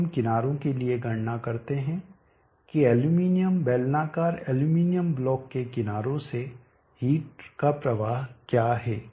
अब हम किनारों के लिए गणना करते हैं कि एल्यूमीनियम बेलनाकार एल्यूमीनियम ब्लॉक के किनारों से हीट का प्रवाह क्या है